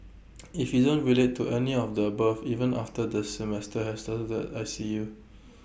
if you don't relate to any of the above even after the semester has started I see you